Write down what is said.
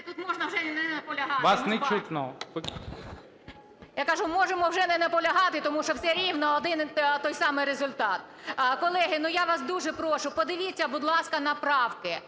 чутно. ГРИБ В.О. Я кажу, можемо вже не наполягати, тому що все рівно один і той самий результат. Колеги, ну, я вас дуже прошу, подивіться, будь ласка, на правки,